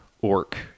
orc